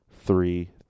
three